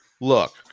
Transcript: Look